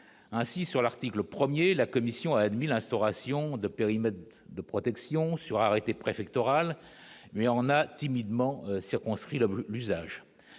ainsi sur l'article 1er, la Commission a admis l'instauration de périmètres de protection sur arrêté préfectoral mais on a timidement circonscrit le l'usage